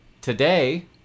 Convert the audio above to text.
today